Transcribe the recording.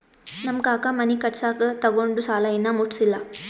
ನಮ್ ಕಾಕಾ ಮನಿ ಕಟ್ಸಾಗ್ ತೊಗೊಂಡ್ ಸಾಲಾ ಇನ್ನಾ ಮುಟ್ಸಿಲ್ಲ